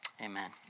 amen